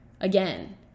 Again